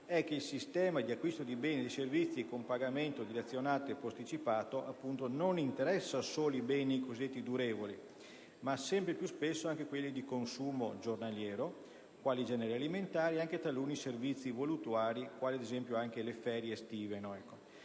è che il sistema di acquisto dei beni e servizi con pagamento dilazionato e posticipato non interessa solo i cosiddetti beni durevoli, ma sempre più spesso anche quelli di consumo giornaliero, quali i generi alimentari, ed anche taluni servizi voluttuari, quali per esempio, quelli di cui